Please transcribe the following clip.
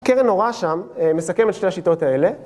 קרן אורה שם מסכם את שתי השיטות האלה.